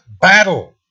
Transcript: battle